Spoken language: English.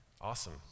Awesome